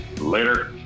Later